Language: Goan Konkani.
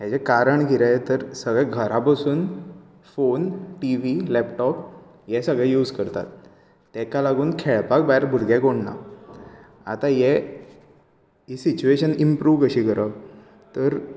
हेजे कारण कितें तर सगले घरा बसून फोन टी वी लेपटोप हे सगळें यूज करतात तेका लागून खेळपाक भायर भुरगें कोण ना आतां हें ही सिचुएशन इमप्रू कशी करप तर